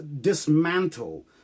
dismantle